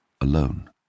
alone